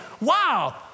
wow